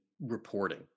reporting